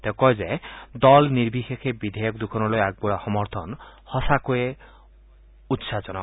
তেওঁ কয় যে দল নিৰ্বিশেষে বিধেয়ক দুখনলৈ আগবঢ়োৱা সমৰ্থন সঁচাকৈ উৎসাহজনক